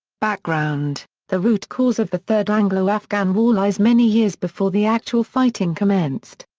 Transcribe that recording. background the root cause of the third anglo-afghan war lies many years before the actual fighting commenced.